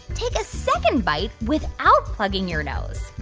take a second bite without plugging your nose.